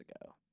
ago